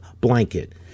blanket